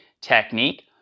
technique